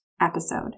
episode